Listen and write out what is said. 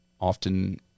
often